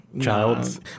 childs